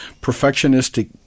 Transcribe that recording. perfectionistic